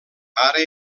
ara